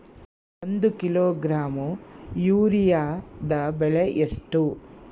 ಒಂದು ಕಿಲೋಗ್ರಾಂ ಯೂರಿಯಾದ ಬೆಲೆ ಎಷ್ಟು?